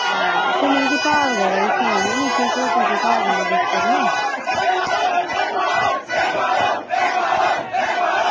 हां कन्नै मिगी धाम बगैरा बी सुनाई ओड़ेओ नी कि तुस किस स्हाब कन्नै बेचै ने